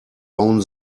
bauen